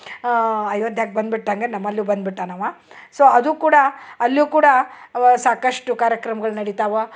ಅಯೋಧ್ಯಾಕ ಬಂದ್ಬಿಟ್ಟಂಗ ನಮಲು ಬಂದ್ಬಿಟ್ಟನವ ಸೊ ಅದು ಕೂಡ ಅಲ್ಲು ಕೂಡ ಸಾಕಷ್ಟು ಕಾರ್ಯಕ್ರಮ್ಗಳು ನಡಿತಾವ